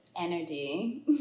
energy